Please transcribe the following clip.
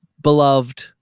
beloved